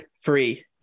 free